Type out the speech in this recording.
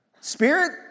Spirit